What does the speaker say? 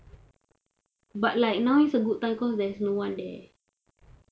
but like now is a good time cause there is no one there